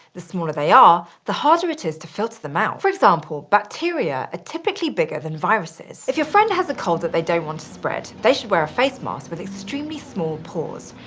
the smaller they are, the harder it is to filter them out. for example, bacteria are ah typically bigger than viruses. if your friend has a cold that they don't want to spread, they should wear a face mask with extremely small pores.